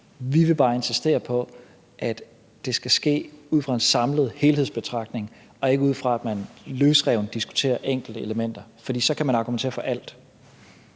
Vi vil bare insistere på, at det skal ske ud fra en samlet helhedsbetragtning og ikke ud fra, at man løsrevet diskuterer enkelte elementer. For så kan man argumentere for alt.